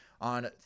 on